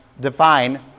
define